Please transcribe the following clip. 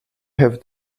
have